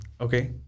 Okay